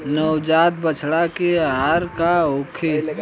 नवजात बछड़ा के आहार का होखे?